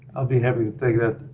i'll be happy to take that.